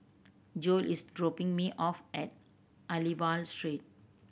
Joel is dropping me off at Aliwal Street